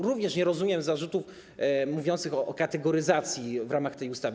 Również nie rozumiem zarzutów mówiących o kategoryzacji w ramach tej ustawy.